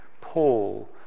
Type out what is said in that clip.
Paul